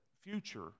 future